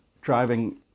driving